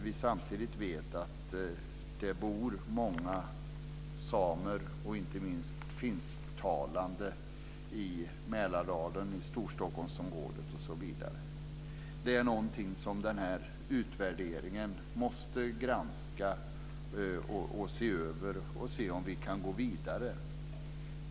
Vi vet ju att det bor många samer och inte minst finsktalande i Mälardalen och i Storstockholmsområdet. Det är något som utvärderingen måste granska och se om vi kan gå vidare.